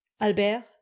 Albert